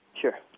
Sure